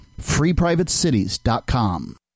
FreePrivateCities.com